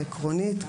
העקרונית,